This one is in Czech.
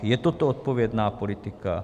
Je toto odpovědná politika?